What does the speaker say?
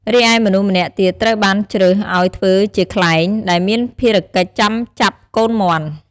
រីឯមនុស្សម្នាក់ទៀតត្រូវបានជ្រើសឲ្យធ្វើជាខ្លែង ដែលមានភារកិច្ចចាំចាប់កូនមាន់។